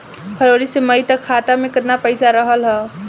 फरवरी से मई तक खाता में केतना पईसा रहल ह?